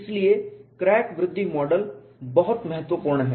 इसीलिए क्रैक वृद्धि मॉडल बहुत महत्वपूर्ण है